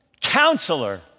Counselor